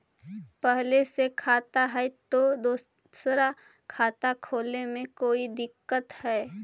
पहले से खाता है तो दूसरा खाता खोले में कोई दिक्कत है?